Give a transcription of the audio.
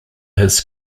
his